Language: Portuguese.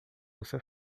você